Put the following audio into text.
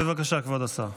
בבקשה, כבוד השר.